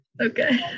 Okay